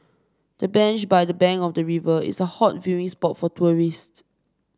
the bench by the bank of the river is a hot viewing spot for tourists